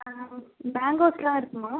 ஆ மேங்கோஸ்லாம் இருக்குமா